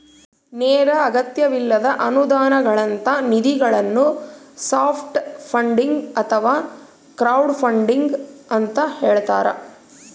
ನೇರ ಅಗತ್ಯವಿಲ್ಲದ ಅನುದಾನಗಳಂತ ನಿಧಿಗಳನ್ನು ಸಾಫ್ಟ್ ಫಂಡಿಂಗ್ ಅಥವಾ ಕ್ರೌಡ್ಫಂಡಿಂಗ ಅಂತ ಹೇಳ್ತಾರ